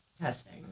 testing